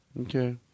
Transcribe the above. Okay